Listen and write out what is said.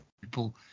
people